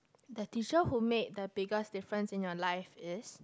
the teacher who made the biggest difference in your life is